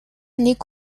нэг